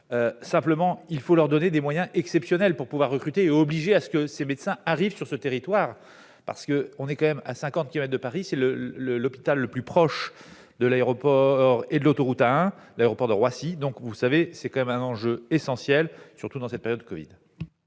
simplement il faut leur donner des moyens exceptionnels pour pouvoir recruter et obliger à ce que ces médecins arrivent sur ce territoire parce qu'on est quand même à 50 kilomètres de Paris, c'est le le l'hôpital le plus proche de l'aéroport et l'autoroute A1, l'aéroport de Roissy, donc vous savez, c'est quand même un enjeu essentiel, surtout dans cette période Covid.